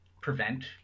prevent